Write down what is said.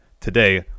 today